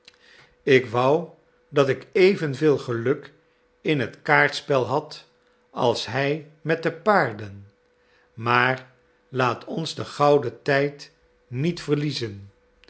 ik wou dat ik evenveel geluk in het kaartspel had als hij met de paarden maar laat ons den gouden tijd niet verliezen